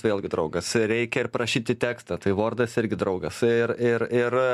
vėlgi draugas reikia ir parašyti tekstą tai vordas irgi draugas ir ir ir